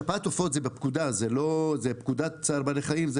שפעת עופות זה בפקודה, זה פקודת צער בעלי חיים.